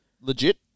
Legit